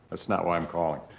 that's not why i'm calling.